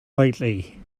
lately